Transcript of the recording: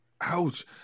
Ouch